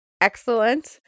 excellent